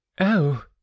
Oh